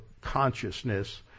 consciousness